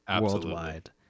worldwide